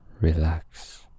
Relax